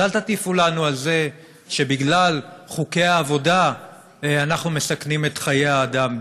אז אל תטיפו לנו על זה שבגלל חוקי העבודה אנחנו מסכנים את חיי האדם.